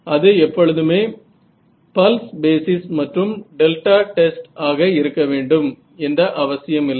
அது எப்பொழுதுமே pulse basis மற்றும் டெல்டா டெஸ்ட் ஆக இருக்க வேண்டும் என்ற அவசியமில்லை